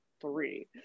three